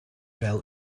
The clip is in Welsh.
fel